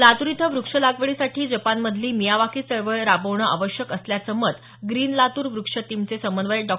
लातूर इथं व्रक्ष लागवडीसाठी जपानमधली मियावाकी चळवळ राबवणं आवश्यक असल्याचं मत ग्रीन लातूर वृक्ष टीमचे समन्वय डॉ